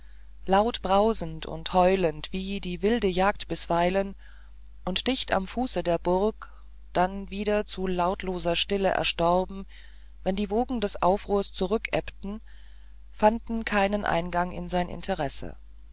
laut brausend und heulend wie die wilde jagd bisweilen und dicht am fuße der burg dann wieder zu lautloser stille erstorben wenn die wogen des aufruhrs zurückebbten fanden keinen eingang in sein interesse